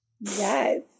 Yes